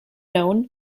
known